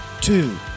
two